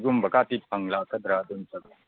ꯁꯤꯒꯨꯝꯕ ꯀꯥꯏꯗꯤ ꯐꯪ ꯂꯥꯛꯀꯗ꯭ꯔꯥ ꯑꯗꯨ ꯑꯃꯇꯒ